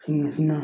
ꯁꯤꯡ ꯑꯁꯤꯅ